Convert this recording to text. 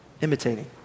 imitating